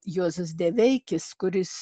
juozas deveikis kuris